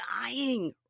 dying